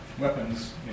Weapons